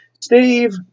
Steve